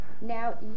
Now